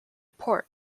port